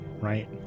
right